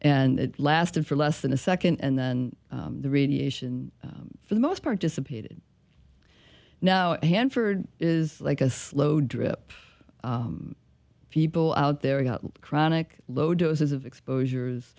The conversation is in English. and it lasted for less than a second and then the radiation for the most part dissipated now hanford is like a slow drip of people out there in chronic low doses of exposures